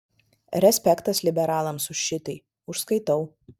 respektas liberalams už šitai užskaitau